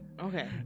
Okay